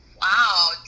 Wow